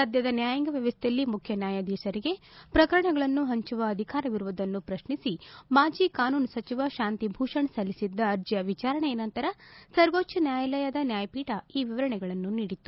ಸದ್ಭದ ನ್ಯಾಯಾಂಗ ವ್ಯವಸ್ಥೆಯಲ್ಲಿ ಮುಖ್ಯನ್ಯಾಯಾಧೀಶರಿಗೆ ಪ್ರಕರಣಗಳನ್ನು ಹಂಚುವ ಅಧಿಕಾರವಿರುವುದನ್ನು ಪ್ರತ್ನಿಸಿ ಮಾಜ ಕಾನೂನು ಸಚಿವ ಶಾಂತಿಭೂಷಣ್ ಸಲ್ಲಿಸಿದ್ದ ಅರ್ಜಿಯ ವಿಚಾರಣೆಯ ನಂತರ ಸವೋಚ್ಚ ನ್ಯಾಯಾಲಯದ ನ್ಯಾಯಪೀಠ ಈ ವಿವರಣೆಗಳನ್ನು ನೀಡಿತ್ತು